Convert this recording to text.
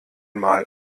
mal